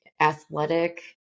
athletic